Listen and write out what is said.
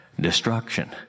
Destruction